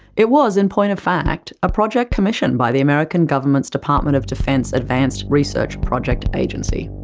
it was, in point of fact, a project commissioned by the american government's department of defense advanced research project agency.